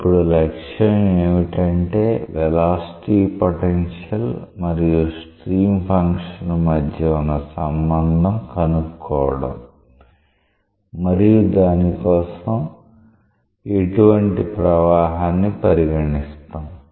ఇప్పుడు లక్ష్యం ఏమిటంటే వెలాసిటీ పొటెన్షియల్ మరియు స్ట్రీమ్ ఫంక్షన్ మధ్య ఉన్న సంబంధం కనుక్కోవడం మరియు దాని కోసం ఎటువంటి ప్రవాహాన్ని పరిగణిస్తాం